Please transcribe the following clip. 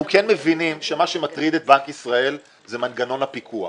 אנחנו כן מבינים שמה שמטריד את בנק ישראל זה מנגנון הפיקוח.